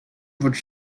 would